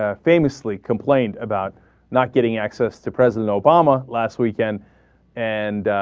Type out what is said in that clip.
ah famously complained about not getting access to present no bomb a last weekend and